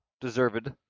deserved